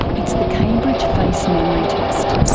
it's the cambridge face memory test.